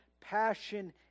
passion